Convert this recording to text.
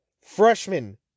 Freshman